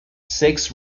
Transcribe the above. six